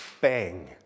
bang